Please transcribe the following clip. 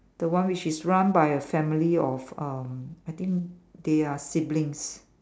the one which is run by a family of um I think they are siblings